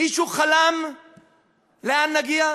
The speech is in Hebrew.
מישהו חלם לאן נגיע?